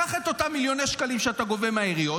קח את אותם מיליוני שקלים שאתה גובה מהעיריות,